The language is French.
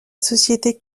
société